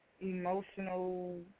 emotional